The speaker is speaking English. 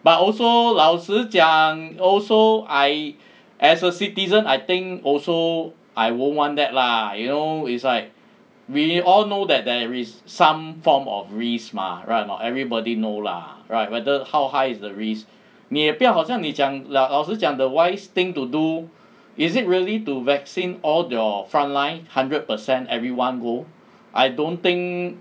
but also 老实讲 also I as a citizen I think also I won't want that lah you know is like we all know that there is some form of risk mah right or not everybody know lah right whether how high is the risk 你也不要好像你讲老实讲 the wise thing to do is it really to vaccine all your front line hundred percent everyone go I don't think